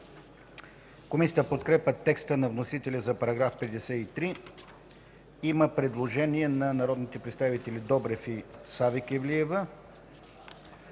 Комисията подкрепя текста на вносителя за § 53. Има предложение на народните представители Добрев и Савеклиева.